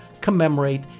commemorate